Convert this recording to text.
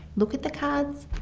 look at the cards.